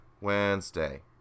Wednesday